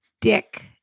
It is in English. Dick